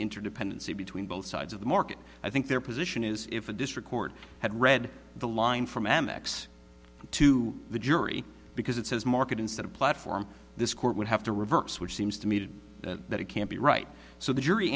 interdependency between both sides of the market i think their position is if a district court had read the line from amex to the jury because it says market instead of platform this court would have to reverse which seems to me to that it can't be right so the jury